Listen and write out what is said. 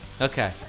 Okay